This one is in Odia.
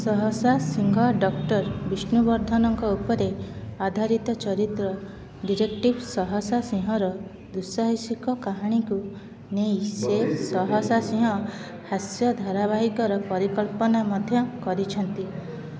ସହସା ସିଂହ ଡକ୍ଟର ବିଷ୍ଣୁବର୍ଦ୍ଧନଙ୍କ ଉପରେ ଆଧାରିତ ଚରିତ୍ର ଡିଟେକ୍ଟିଭ୍ ସହସା ସିଂହର ଦୁଃସାହସିକ କାହାଣୀକୁ ନେଇ ସେ ସହସା ସିଂହ ହାସ୍ୟ ଧାରାବାହିକର ପରିକଳ୍ପନା ମଧ୍ୟ କରିଛନ୍ତି